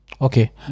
Okay